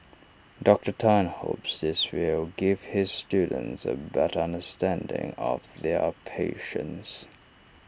Doctor Tan hopes this will give his students A better understanding of their A patients